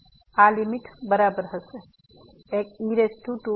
તેથી આ લીમીટ બરાબર હશે e2xxe2x